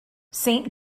saint